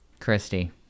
Christy